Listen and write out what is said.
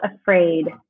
afraid